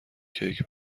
کیک